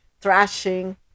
thrashing